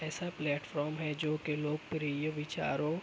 ایسا پلیٹفارم ہے جوکہ لوکپریہ وچاروں